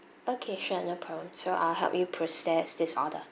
okay sure no problem so I'll help you process this order